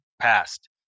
passed